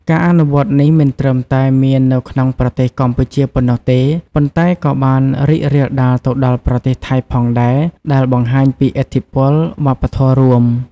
ការអនុវត្តនេះមិនត្រឹមតែមាននៅក្នុងប្រទេសកម្ពុជាប៉ុណ្ណោះទេ ប៉ុន្តែក៏បានរីករាលដាលទៅដល់ប្រទេសថៃផងដែរ ដែលបង្ហាញពីឥទ្ធិពលវប្បធម៌រួម។